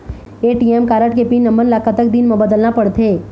ATM card के pin number ला कतक दिन म बदलना पड़थे?